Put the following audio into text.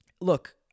look